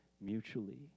mutually